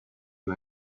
you